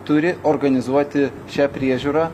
turi organizuoti šią priežiūrą